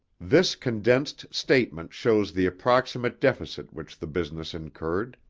this condensed statement shows the approximate deficit which the business incurred